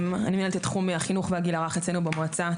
אני מנהלת את תחום הגיל הרך אצלנו במועצה.